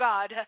God